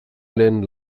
lehen